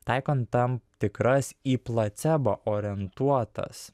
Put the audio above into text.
taikant tam tikras į placebą orientuotas